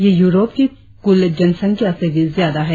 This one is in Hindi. यह यूरोप की कुल जनसंख्या से भी ज्यादा है